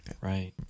right